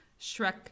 shrek